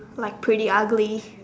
like pretty ugly